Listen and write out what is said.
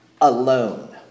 alone